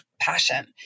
passion